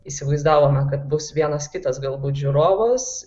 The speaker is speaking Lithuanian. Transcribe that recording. įsivaizdavome kad bus vienas kitas galbūt žiūrovas